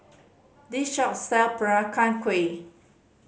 this shop sell Peranakan Kueh